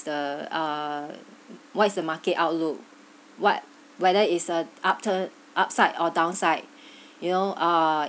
the uh what is the market outlook what whether is a after upside or downside you know ah